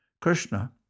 Krishna